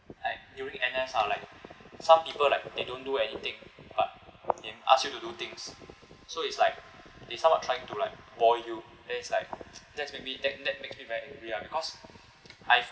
like during N_S lah like some people like they don't do anything but they ask you to do things so it's like they somewhat trying to like boil you then it's like that's make me that that makes me very angry lah because I